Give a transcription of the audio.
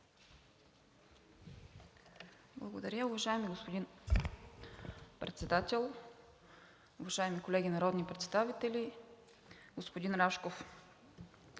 Благодаря. Уважаеми господин Председател, уважаеми колеги народни представители! Господин Рашков,